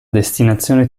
destinazione